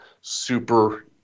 super